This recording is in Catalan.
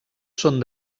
són